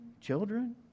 children